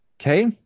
Okay